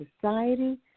society